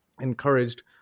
encouraged